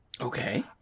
Okay